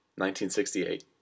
1968